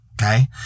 okay